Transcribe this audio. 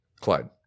Clyde